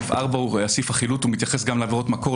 סעיף 4, סעיף החילוט, מתייחס גם לעבירות מקור.